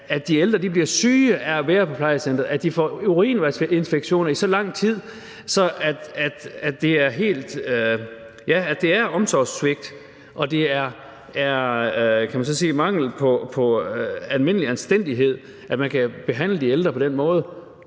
at de ældre bliver syge af at være på plejecenteret; at de får urinvejsinfektioner i så lang tid, at det er omsorgssvigt, og at det er mangel på almindelig anstændighed at behandle de ældre på den måde.